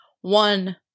one